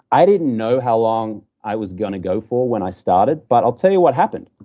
i didn't know how long i was going to go for when i started, but i'll tell you what happened.